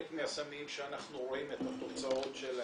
מהסמים שאנחנו רואים את התוצאות שלהם,